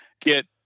get